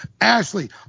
Ashley